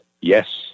yes